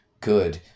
Good